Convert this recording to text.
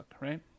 right